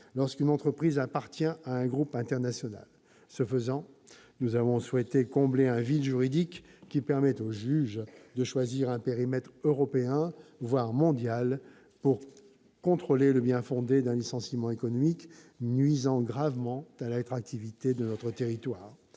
lorsqu'une entreprise appartient à un groupe international. Ce faisant, nous avons souhaité combler un vide juridique qui permet au juge de choisir un périmètre européen, voire mondial, pour contrôler le bien-fondé d'un licenciement économique nuisant gravement à l'attractivité de notre territoire.